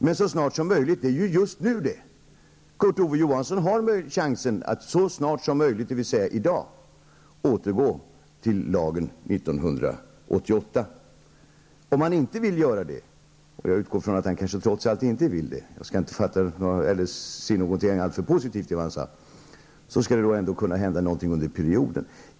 Men så snart som möjligt -- det är ju just nu det! Kurt Ove Johansson har chansen att så snart som möjligt, dvs. i dag, besluta om att vi skall återgå till att tillämpa lagen från 1988. Om han inte vill att vi skall göra det -- jag utgår från att han kanske trots allt inte vill det; jag skall inte tolka det han sade alltför positivt -- skall det ändå kunna ske någon gång under perioden.